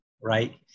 right